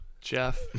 Jeff